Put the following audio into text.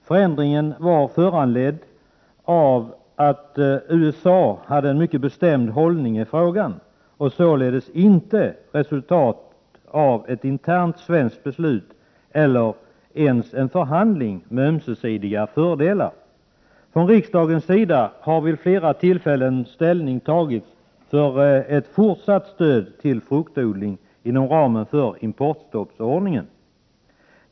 Förändringen var föranledd av att USA hade en mycket bestämd hållning i frågan, och var således inte ett resultat i ett internt svenskt beslut eller ens en förhandling med ömsesidiga fördelar. Från riksdagens sida har vid flera tillfällen ställning tagits för ett fortsatt stöd till fruktodling inom ramen för importstoppförordningen.